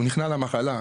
הוא נכנע למחלה,